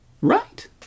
Right